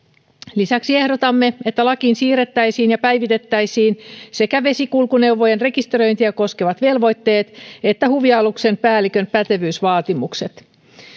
lisäksi ehdotamme että lakiin siirrettäisiin ja päivitettäisiin sekä vesikulkuneuvojen rekisteröintiä koskevat velvoitteet että huvialuksen päällikön pätevyysvaatimukset